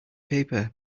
paper